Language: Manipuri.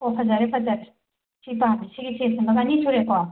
ꯑꯣ ꯐꯖꯔꯦ ꯐꯖꯔꯦ ꯁꯤ ꯄꯥꯝꯃꯦ ꯁꯤꯒꯤ ꯁꯦꯠꯁꯤꯃꯒ ꯑꯅꯤ ꯁꯨꯔꯦꯀꯣ